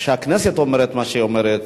שכשהכנסת אומרת מה שהיא אומרת,